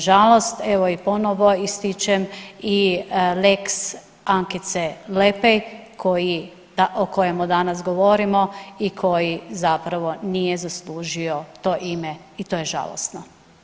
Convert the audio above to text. Nažalost, evo i ponovo ističem i lex Ankice Lepej o kojemu danas govorimo i koji zapravo nije zaslužio to ime i to je žalosno.